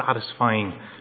satisfying